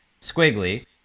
squiggly